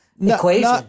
equation